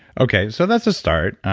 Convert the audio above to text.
okay, so that's a start.